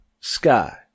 sky